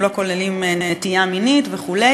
הן לא כוללות נטייה מינית וכו'.